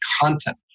content